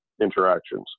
interactions